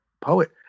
poet